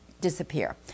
disappear